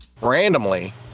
randomly